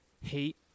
hate